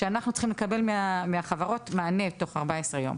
כשאנחנו צריכים לקבל מהחברות מענה תוך 14 יום.